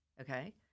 okay